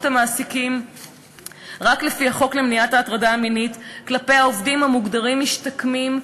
המעסיקים רק לפי החוק למניעת הטרדה מינית כלפי העובדים המוגדרים משתקמים,